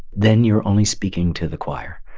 then you're only speaking to the choir.